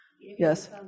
Yes